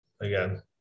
again